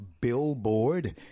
Billboard